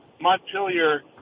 Montpelier